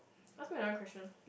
ask me another question